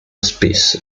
spesso